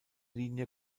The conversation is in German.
linie